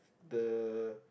the